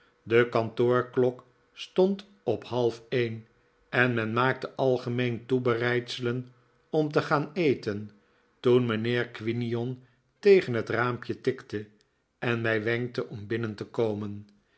de kantoorklok stond op half een en men maakte algemeen toebereidselen om te gaan eten toen mijnheer quinion tegen het raampje tikte en mij wenkte om binnen te komen